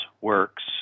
works